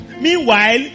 Meanwhile